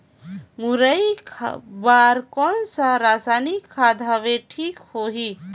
मुरई बार कोन सा रसायनिक खाद हवे ठीक होही?